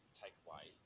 takeaway